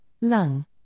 lung